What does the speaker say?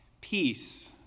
Peace